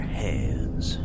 hands